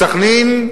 סח'נין,